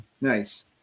Nice